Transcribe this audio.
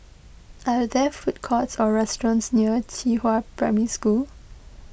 are there food courts or restaurants near Qihua Primary School